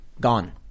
gone